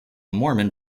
mormon